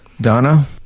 donna